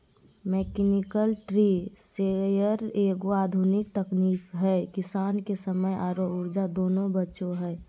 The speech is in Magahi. मैकेनिकल ट्री शेकर एगो आधुनिक तकनीक है किसान के समय आरो ऊर्जा दोनों बचो हय